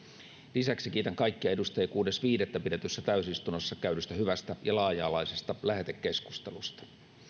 lisäksi kiitän kaikkia edustajia kuudes viidettä pidetyssä täysistunnossa käydystä hyvästä ja laaja alaisesta lähetekeskustelusta